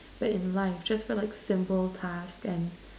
but in life just for like simple tasks and